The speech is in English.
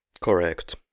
Correct